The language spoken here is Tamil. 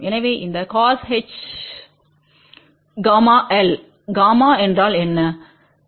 எனவே அந்தcosh காமா என்றால் என்ன